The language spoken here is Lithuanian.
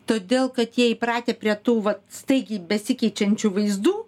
todėl kad jie įpratę prie tų vat staigiai besikeičiančių vaizdų